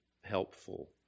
helpful